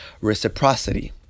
reciprocity